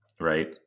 Right